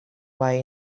way